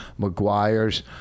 McGuire's